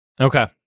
Okay